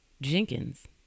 Jenkins